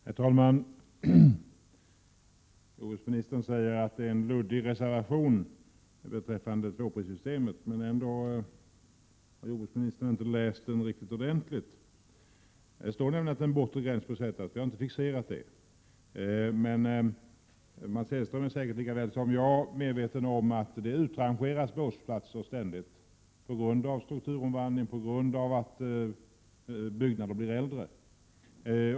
Herr talman! Jordbruksministern säger att vår reservation beträffande tvåprissystemet är luddig. Men då kan jordbruksministern inte ha läst den ordentligt. Där står nämligen att en bortre gräns bör fastställas, även om vi inte har fixerat en sådan. Men Mats Hellström är säkert lika väl medveten som jag om att båsplatser ständigt utrangeras på grund av den strukturomvandling som sker och på grund av att byggnader blir äldre.